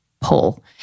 pull